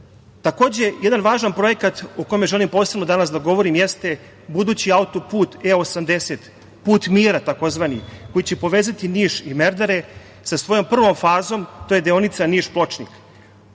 jedan važan projekat o kome želim posebno danas da govorim jeste budući autoput E-80, put mira tzv. koji će povezati Niš i Merdare sa svojom prvom fazom, a to je deonica Niš-Pločnik. Na